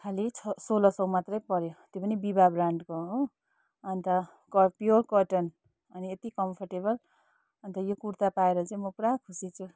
खालि सोह्र सौ मात्रै पर्यो त्यो पनि बिबा ब्रान्डको हो अन्त क प्योर कटन अनि यत्ति कम्फर्टेबल अन्त यो कुर्ता पाएर चाहिँ म पुरा खुसी छु